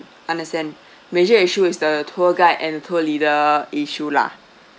understand major issue is the tour guide and tour leader issue lah